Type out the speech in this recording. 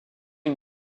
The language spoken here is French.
une